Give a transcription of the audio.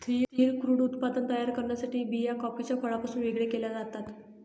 स्थिर क्रूड उत्पादन तयार करण्यासाठी बिया कॉफीच्या फळापासून वेगळे केल्या जातात